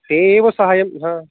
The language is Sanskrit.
ते एव सहायं हा